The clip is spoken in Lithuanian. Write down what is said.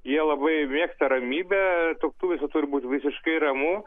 jie labai mėgsta ramybę tuoktuvėse turi būti visiškai ramu